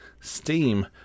Steam